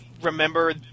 remember